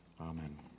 Amen